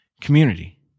community